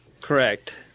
Correct